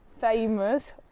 famous